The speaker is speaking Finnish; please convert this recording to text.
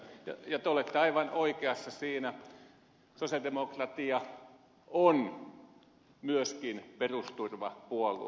te olette aivan oikeassa siinä sosialidemokraatit ovat myöskin perusturvapuolue